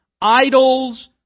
idols